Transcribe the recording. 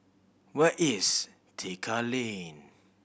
where is Tekka Lane